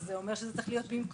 אז זה אומר שזה צריך להיות במקום,